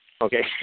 Okay